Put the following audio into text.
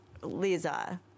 Lisa